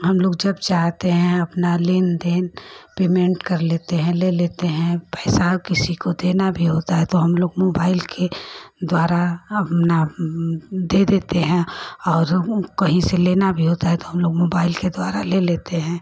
हमलोग जब चाहते हैं अपना लेनदेन पेमेन्ट कर लेते हैं ले लेते हैं पैसा किसी को देना भी होता है तो हमलोग मोबाइल के द्वारा अपना दे देते हैं और कहीं से लेना भी होता है तो हमलोग मोबाइल के द्वारा ले लेते हैं